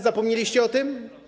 Zapomnieliście o tym?